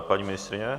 Paní ministryně?